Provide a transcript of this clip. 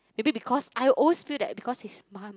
maybe because I always feel that because his mum